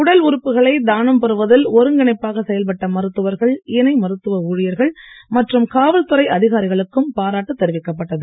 உடல் உறுப்புகளை தானம் பெறுவதில் ஒருங்கிணைப்பாக செயல்பட்ட மருத்துவர்கள் இணை ஊழியர்கள் மற்றும் காவல்துறை அதிகாரிகளுக்கும் மருத்துவ தெரிவிக்கப்பட்டது